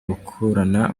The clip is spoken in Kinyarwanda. gukurana